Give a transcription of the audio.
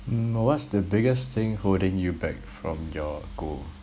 mm what's the biggest thing holding you back from your goal